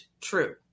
true